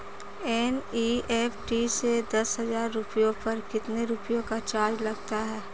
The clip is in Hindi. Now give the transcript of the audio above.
एन.ई.एफ.टी से दस हजार रुपयों पर कितने रुपए का चार्ज लगता है?